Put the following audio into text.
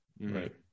Right